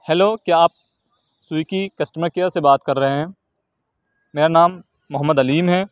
hello کیا آپ سوئکی کسٹمر کیئر سے بات کر رہے ہیں میرا نام محمد علیم ہے